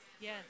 Yes